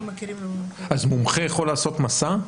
מומחה יכול לעשות 'מסע'?